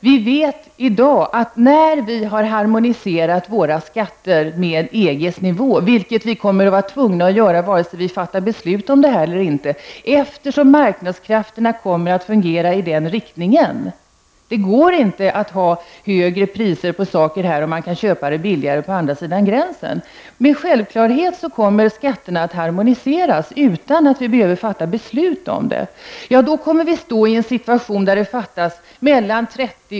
Vi vet i dag att när vi har harmoniserat våra skatter med nivån inom EG kommer vi att befinna oss i en situation där det fattas mellan 30 och 40 miljarder kronor i statskassan. Vi att vara tvungna att harmonisera vare sig vi fattar beslut om det eller inte eftersom marknadskrafterna kommer att fungera i den riktningen. Det går inte att här i Sverige ha högre priser på saker om man kan köpa billigare på andra sidan gränsen. Skatterna kommer med självklarhet att harmoniseras utan att vi behöver fatta beslut om det.